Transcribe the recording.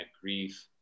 grief